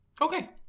Okay